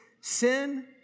sin